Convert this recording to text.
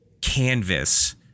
canvas